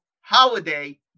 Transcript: holiday